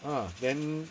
ah then